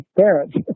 parents